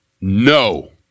no